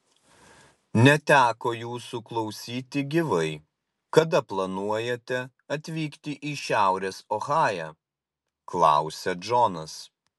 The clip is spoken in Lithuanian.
neteko jūsų klausyti gyvai kada planuojate atvykti į šiaurės ohają klausia džonas